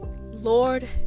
Lord